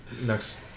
Next